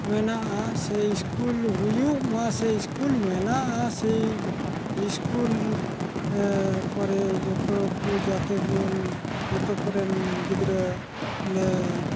ᱢᱮᱱᱟᱜᱼᱟ ᱥᱮ ᱥᱠᱩᱞ ᱦᱩᱭᱩᱜᱢᱟ ᱥᱮ ᱥᱠᱩᱞ ᱢᱮᱱᱟᱜᱼᱟ ᱥᱮ ᱥᱠᱩᱞ ᱠᱚᱨᱮ ᱡᱚᱛᱚᱠᱚ ᱡᱟᱛᱮᱵᱚᱱ ᱡᱚᱛᱚ ᱠᱚᱨᱮᱱ ᱜᱤᱫᱽᱨᱟᱹᱞᱮ